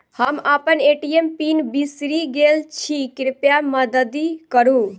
हम अप्पन ATM pin बिसरि गेल छी कृपया मददि करू